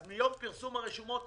רק מיום פרסום ברשומות,